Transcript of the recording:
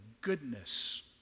goodness